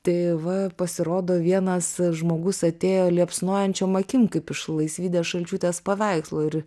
tai va pasirodo vienas žmogus atėjo liepsnojančiom akim kaip iš laisvydės šalčiūtės paveikslo ir